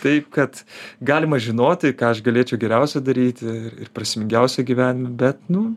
taip kad galima žinoti ką aš galėčiau geriausia daryti ir prasmingiausia gyvenime bet nu